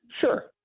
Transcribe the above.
Sure